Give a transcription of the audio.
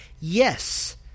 Yes